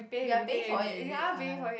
we are paying for it is it !aiya!